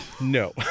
no